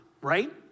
right